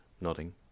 nodding